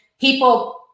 people